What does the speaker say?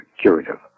curative